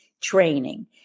training